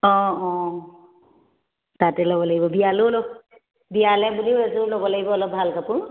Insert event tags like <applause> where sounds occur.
অঁ অঁ তাতে ল'ব লাগিব বিয়ালেও <unintelligible> বিয়ালৈ বুলি এযোৰ ল'ব লাগিব অলপ ভাল কাপোৰ